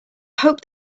hope